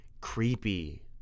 creepy